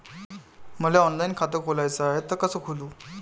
मले ऑनलाईन खातं खोलाचं हाय तर कस खोलू?